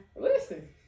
Listen